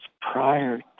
prior